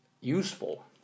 useful